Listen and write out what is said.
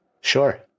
Sure